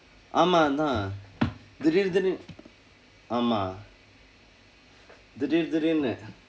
ஆமாம் அதான் திடீர்னு திடீர்னு ஆமாம் திடீர்னு திடீர்னு:aamaam athaan thidiirnu thidiirnu aamaam thidiirnu thidiirnu